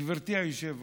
גברתי היושבת-ראש,